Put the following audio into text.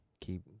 keep